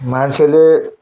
मान्छेले